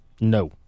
No